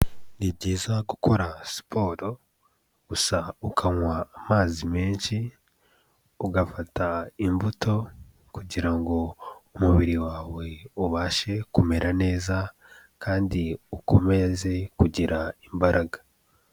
Ni byiza gukora siporo gusa ukanywa amazi menshi, ugafata imbuto kugira ngo umubiri wawe ubashe kumera neza kandi ukomeze kugira imbaraga.